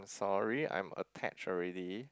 sorry I am attached already